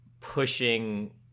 pushing